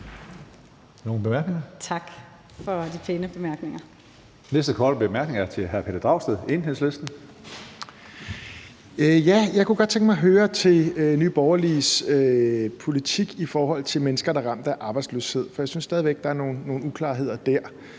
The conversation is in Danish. korte bemærkning er fra hr. Pelle Dragsted, Enhedslisten. Kl. 20:25 Pelle Dragsted (EL): Jeg kunne godt tænke mig at spørge til Nye Borgerliges politik i forhold til mennesker, der er ramt af arbejdsløshed, for jeg synes stadig væk, der er nogle uklarheder der.